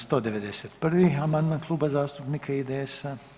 191. amandman Kluba zastupnika IDS-a.